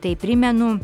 tai primenu